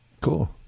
Cool